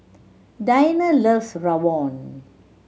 Dianna loves rawon